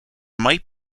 might